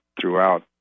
throughout